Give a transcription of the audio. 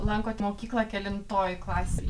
lankot mokyklą kelintoj klasėj